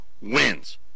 wins